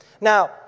Now